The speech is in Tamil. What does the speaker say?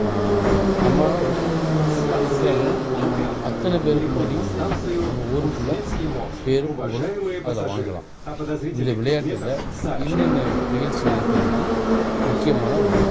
நம்ம ஒரு இருக்கிறாங்கனா அத்தனை பேருக்கு முன்னாடியும் நம்ம ஊர் ஃபுல்லாக பேரும் புகழும் அதில் வாங்கலாம் இந்த விளையாட்டில் இன்ன இன்ன நிகழ்ச்சிகள் இருப்பது என்பது முக்கியமான ஒன்று